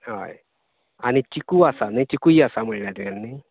हय आनी चिकू आसा न्ही चिकूय आसा म्हणलें तुयेन न्ही